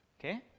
Okay